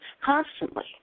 constantly